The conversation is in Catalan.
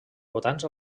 votants